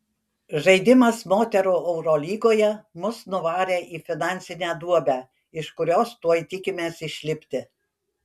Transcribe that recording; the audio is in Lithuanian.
žaidimas moterų eurolygoje mus nuvarė į finansinę duobę iš kurios tuoj tikimės išlipti